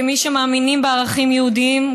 כמי שמאמיניים בערכים יהודיים,